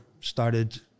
started